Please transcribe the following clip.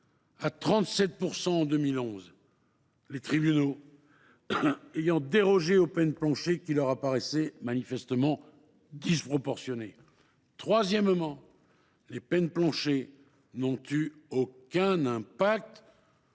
à 37 % en 2011, les tribunaux ayant dérogé aux peines planchers, qui leur apparaissaient manifestement disproportionnées. Troisièmement, les peines planchers n’ont eu aucun effet